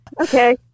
Okay